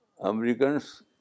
Americans